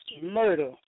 murder